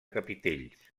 capitells